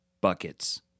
buckets